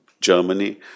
Germany